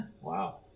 Wow